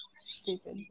stupid